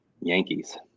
Yankees